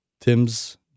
Tim's